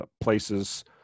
places